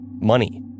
money